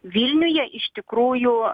vilniuje iš tikrųjų